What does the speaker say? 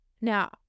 now